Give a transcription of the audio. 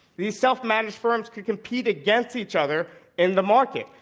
these self-managed firms could compete against each other in the market.